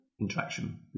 interaction